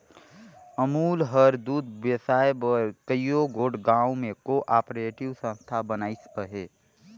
अमूल हर दूद बेसाए बर कइयो गोट गाँव में को आपरेटिव संस्था बनाइस अहे